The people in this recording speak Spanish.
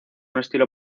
estilo